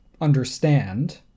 understand